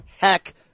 heck